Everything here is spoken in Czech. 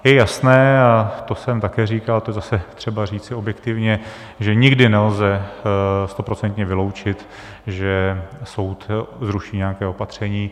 Je jasné, a to jsem také říkal, a to je třeba říci objektivně, že nikdy nelze stoprocentně vyloučit, že soud zruší nějaké opatření.